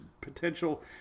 potential